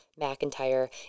McIntyre